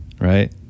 Right